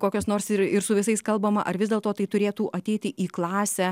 kokios nors ir ir su visais kalbama ar vis dėlto tai turėtų ateiti į klasę